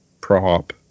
prop